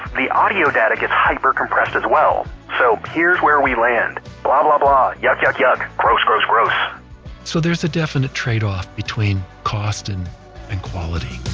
the audio data gets hyper compressed as well. so, here's where we land. bla bla bla, yuck yuck yuck, gross gross gross so there's a definite trade off between cost and quality